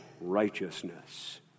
righteousness